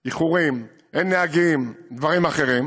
איחורים, אין נהגים, דברים אחרים.